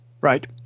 Right